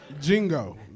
Jingo